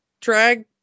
drag